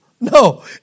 No